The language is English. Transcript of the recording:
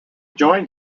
joined